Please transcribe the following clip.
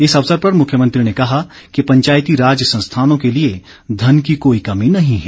इस अवसर पर मुख्यमंत्री ने कहा कि पंचायती राज संस्थानों के लिए धन की कोई कमी नहीं है